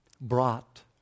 brought